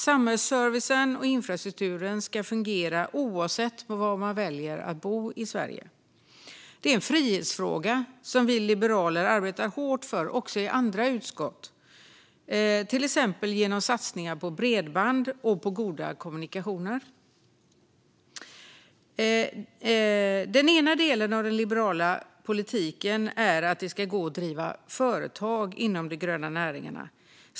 Samhällsservicen och infrastrukturen ska fungera oavsett var i Sverige man väljer att bo. Det är en frihetsfråga som vi liberaler arbetar hårt för också i andra utskott, till exempel genom satsningar på bredband och goda kommunikationer. Den ena delen av den liberala politiken är att det ska gå att driva företag inom de gröna näringarna.